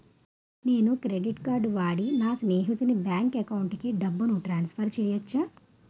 నేను credit card వాడి నా స్నేహితుని బ్యాంక్ అకౌంట్ కి డబ్బును ట్రాన్సఫర్ చేయచ్చా?